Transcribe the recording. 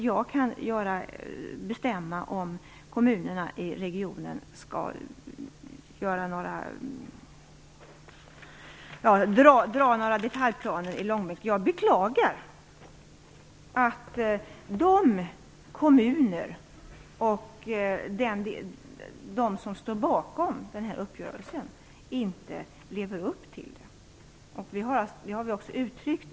Jag kan inte bestämma om kommunerna i regionen skall dra några detaljplaner i långbänk. Jag beklagar att de kommuner och de som står bakom uppgörelsen inte lever upp till sina åtaganden.